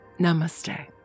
Namaste